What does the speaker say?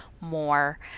more